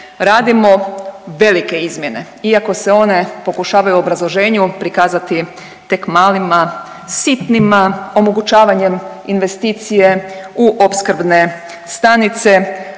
radimo velike izmjene, iako se one pokušavaju u obrazloženju prikazati tek malima, sitnima omogućavanjem investicije u opskrbne stanice